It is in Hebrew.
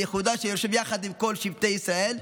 לאיחודה יחד עם כל שבטי ישראל,